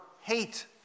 hate